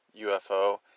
UFO